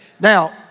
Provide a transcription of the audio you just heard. Now